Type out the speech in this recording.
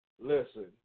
Listen